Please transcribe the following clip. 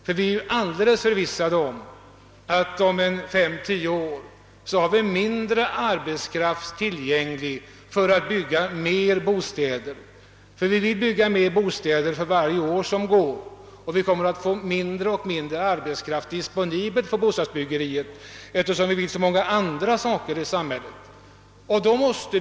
Jag är helt förvissad om att det om fem—tio år kommer att finnas mindre arbetskraft tillgänglig för att bygga fler bostäder. Vi vill ju bygga fler bostäder för varje år som går, och vi kommer att få mindre och mindre arbetskraft disponibel för bostadsbyggande, eftersom vi vill åstadkomma så mycket på så många andra områden av samhällslivet.